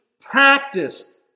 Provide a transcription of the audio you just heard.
practiced